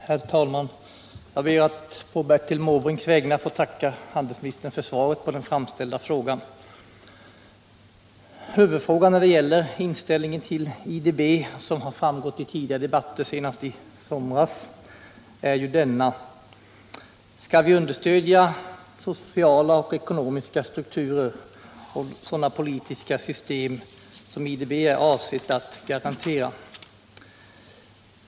Herr talman! Jag ber att på Bertil Måbrinks vägnar få tacka handelsministern för svaret på den framställda frågan. Huvudfrågan när det gäller inställningen till IDB är: Skall vi understödja de sociala och ekonomiska strukturer, de politiska system som IDB är avsett att garantera? Att detta har varit huvudfrågan har framgått i tidigare debatter, senast i somras.